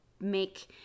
make